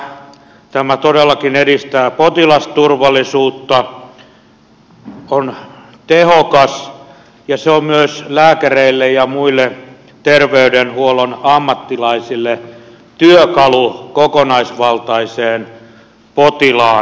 parhaimmillaan tämä todellakin edistää potilasturvallisuutta on tehokas ja se on myös lääkäreille ja muille ter veydenhuollon ammattilaisille työkalu kokonaisvaltaiseen potilaan hoitamiseen